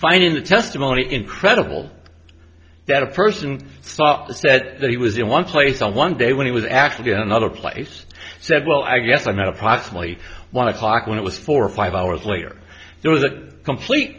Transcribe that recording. finding the testimony incredible that a person stopped the said that he was in one place on one day when he was actually another place said well i guess i'm at approximately one o'clock when it was four or five hours later there was a complete